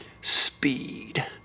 speed